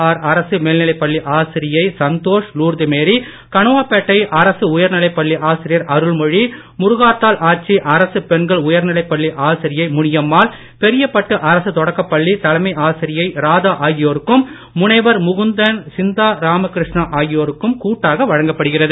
R அரசு மேல்நிலைப் பள்ளி ஆசிரியை சந்தோஷ் லூர்து மேரி கணுவாப்பேட்டை அரசு உயர்நிலைப் பள்ளி ஆசிரியர் அருள்மொழி முருகாத்தாள் ஆச்சி அரசு பெண்கள் உயர்நிலைப் பள்ளி ஆசிரியை முனியம்மாள் பெரியப்பட்டு அரசு தொடக்கப் பள்ளி தலைமை ஆசிரியை ராதா ஆகியோருக்கும் முனைவர் முகுந்தன் சிந்தா ராமகிருஷ்ணா ஆகியோருக்கும் கூட்டாக வழங்கப்படுகிறது